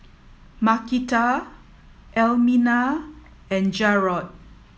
Markita Elmina and Jarod